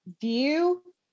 view